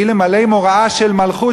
אלמלא מוראה של מלכות,